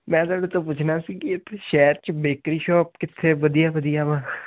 ਤੋਂ ਪੁੱਛਣਾ ਸੀ ਕਿ ਸ਼ਹਿਰ 'ਚ ਬੇਕਰੀ ਸ਼ੋਪ ਕਿੱਥੇ ਵਧੀਆ